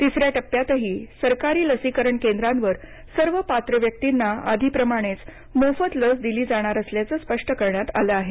तिसऱ्या टप्प्यातही सरकारी लसीकरण केंद्रांवर सर्व पात्र व्यक्तींना आधीप्रमाणेच मोफत लस दिली जाणार असल्याचं स्पष्ट करण्यात आलं आहे